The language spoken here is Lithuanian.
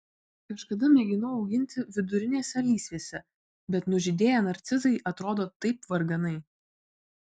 kažkada mėginau auginti vidurinėse lysvėse bet nužydėję narcizai atrodo taip varganai